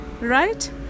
Right